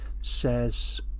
says